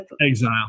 Exile